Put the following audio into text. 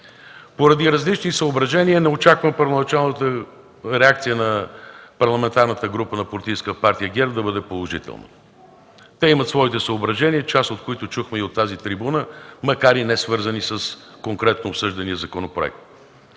Поради различни съображения не очаквам първоначалната реакция на Парламентарната група на Политическа партия ГЕРБ да бъде положителна. Те имат своите съображения, част от които чухме и от тази трибуна, макар и несвързани с конкретно обсъждания законопроект.